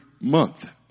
month